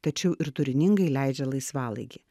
tačiau ir turiningai leidžia laisvalaikį